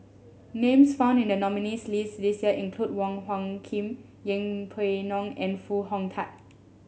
names found in the nominees' list this year include Wong Hung Khim Yeng Pway Ngon and Foo Hong Tatt